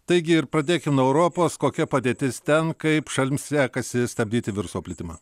taigi ir pradėkim nuo europos kokia padėtis ten kaip šalims sekasi stabdyti viruso plitimą